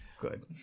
Good